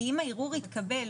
כי אם הערעור התקבל,